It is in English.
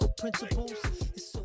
principles